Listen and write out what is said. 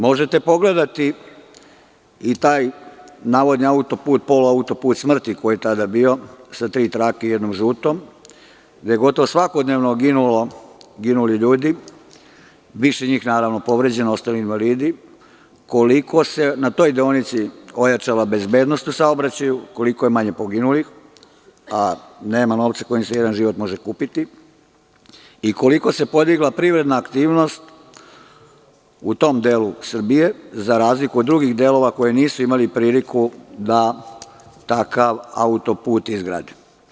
Možete pogledati i taj navodni autoput, polu autoput smrti, koji je tada bio, sa tri trake i jednom žutom, gde su gotovo svakodnevno ginuli ljudi, više njih, naravno, povređeno, ostali invalidi, koliko se na toj deonici ojačala bezbednost u saobraćaju, koliko je manje poginulih, a nema novca kojim se jedan život može kupiti i koliko se podigla privredna aktivnost u tom delu Srbije, za razliku od drugih delova koji nisu imali priliku da takav autoput izgrade.